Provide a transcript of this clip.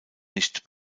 nicht